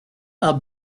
are